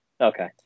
Okay